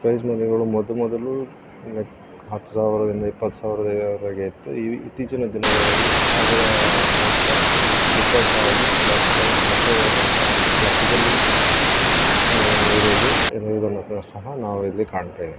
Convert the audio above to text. price ಮನಿಗಳು ಮೊದ ಮೊದಲು ಲೈಕ್ ಹತ್ತು ಸಾವಿರದಿಂದ ಇಪ್ಪತ್ತು ಸಾವಿರದವರೆಗೆ ಇತ್ತು ಈ ಇತ್ತೀಚಿನ ದಿನಗಳಲ್ಲಿ ಅದರ ಮೊತ್ತ ದುಪ್ಪಟ್ಟಾಗಿ ಲಕ್ಷ ಲಕ್ಷಗ ಲಕ್ಷದಲ್ಲಿ ಇರುವುದು ಇರುವುದನ್ನು ಸಹ ನಾವಿಲ್ಲಿ ಕಾಣ್ತೇವೆ